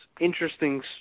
interesting